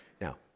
Now